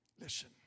listen